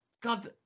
God